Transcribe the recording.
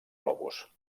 globus